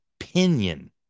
opinion